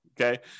okay